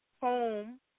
Home